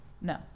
No